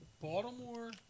Baltimore